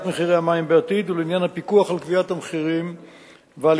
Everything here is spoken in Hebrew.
מחירי המים בעתיד ולעניין הפיקוח על גביית המחירים ועלייתם.